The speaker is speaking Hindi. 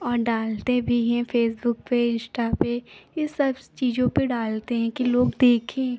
और डालते भी हैं फ़ेसबुक पर इंश्टा पर यह सब चीज़ों पर डालते हैं कि लोग देखें